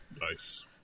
Nice